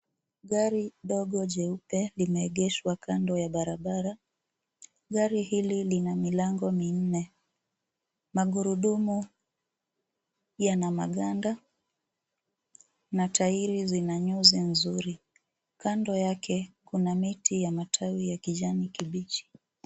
Gari dogo jeupe limeegeshwa kando ya barabara. Gari hili lina milango minne. Magurudumu yana maganda na tairi zina nyuzi nzuri. Kando yake kuna miti ya matawi ya kijani kibichi.